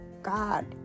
God